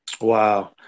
Wow